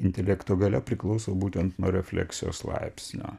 intelekto galia priklauso būtent nuo refleksijos laipsnio